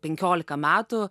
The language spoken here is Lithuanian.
penkiolika metų